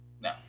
No